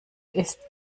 ist